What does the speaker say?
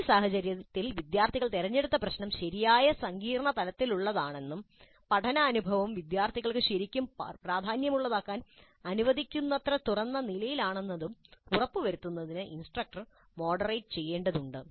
ഈ സാഹചര്യത്തിൽ വിദ്യാർത്ഥികൾ തിരഞ്ഞെടുത്ത പ്രശ്നം ശരിയായ സങ്കീർണ്ണ തലത്തിലാണെന്നും പഠന അനുഭവം വിദ്യാർത്ഥികൾക്ക് ശരിക്കും പ്രാധാന്യമുള്ളതാക്കാൻ അനുവദിക്കുന്നത്ര തുറന്ന നിലയിലാണെന്നും ഉറപ്പുവരുത്തുന്നതിന് ഇൻസ്ട്രക്ടർ മോഡറേറ്റ് ചെയ്യേണ്ടതുണ്ട്